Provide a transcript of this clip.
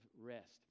rest